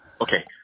Okay